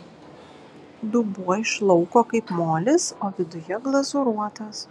dubuo iš lauko kaip molis o viduje glazūruotas